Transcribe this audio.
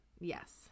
Yes